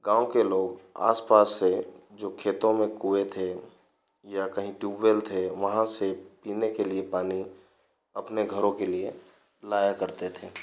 गाँव के लोग आस पास से जो खेतों में कुएँ थे या कहीं टूवेल वहाँ से पीने के लिए पानी अपने घरों के लिए लाया करते थे